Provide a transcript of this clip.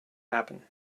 happen